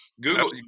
Google